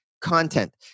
content